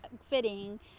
fitting